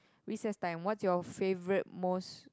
recess time what's your favourite most